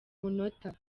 munota